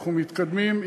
אנחנו מתקדמים,